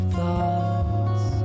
Thoughts